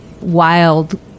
wild